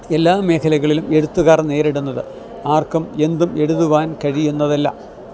എല്ലാ മേഖലകളിലും എഴുത്തുകാർ നേരിടുന്നത് ആർക്കും എന്തും എഴുതുവാൻ കഴിയുന്നതല്ല